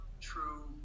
true